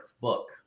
book